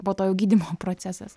po to jau gydymo procesas